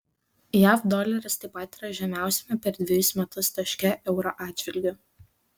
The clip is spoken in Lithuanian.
jav doleris taip pat yra žemiausiame per dvejus metus taške euro atžvilgiu